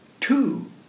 two